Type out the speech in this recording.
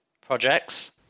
projects